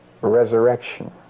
Resurrection